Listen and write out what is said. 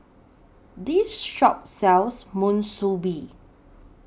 This Shop sells Monsunabe